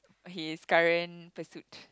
his current pursued